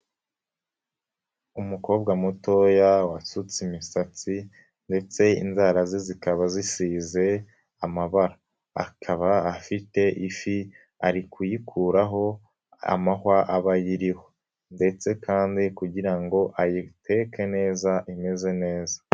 Umukobwa mutoya, wasutse imisatsi ndetse inzara ze zikaba zisize amabara. Akaba afite ifi ari kuyikuraho amahwa aba ayiriho ndetse kandi kugira ngo ayiteke neza imeze neza.